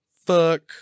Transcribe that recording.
fuck